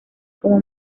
como